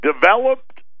Developed